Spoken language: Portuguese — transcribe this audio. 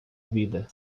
vida